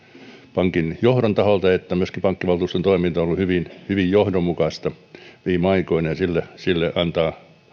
pankin johdon että myöskin pankkivaltuuston toiminta on ollut hyvin hyvin johdonmukaista viime aikoina ja sille sille haluan antaa